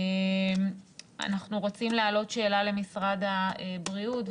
אנחנו רוצים להעלות שאלה למשרד הבריאות,